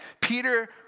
Peter